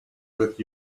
with